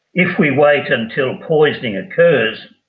if we wait until poisoning occurs,